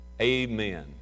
Amen